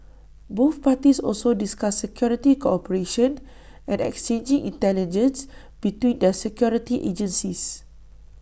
both parties also discussed security cooperation and exchanging intelligence between their security agencies